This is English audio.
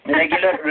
regular